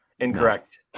Incorrect